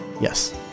yes